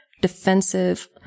defensive